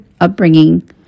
upbringing